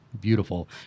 beautiful